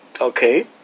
okay